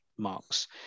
marks